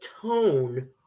tone